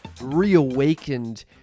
reawakened